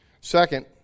Second